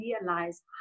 realize